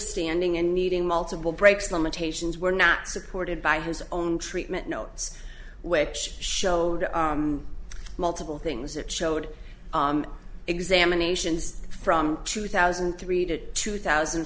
standing and needing multiple breaks limitations were not supported by his own treatment notes which showed multiple things that showed examinations from two thousand and three to two thousand